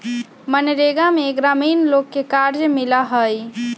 मनरेगा में ग्रामीण लोग के कार्य मिला हई